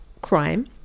crime